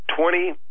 twenty